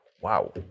Wow